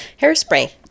hairspray